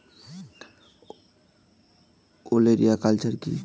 ওলেরিয়া কালচার কি?